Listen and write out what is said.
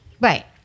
Right